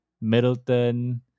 Middleton